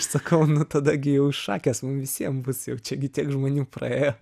sakau nu tada gi jau šakės mum visiem bus juk čia gi tiek žmonių praėjo